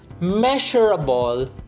measurable